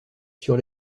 sur